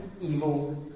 evil